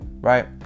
right